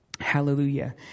hallelujah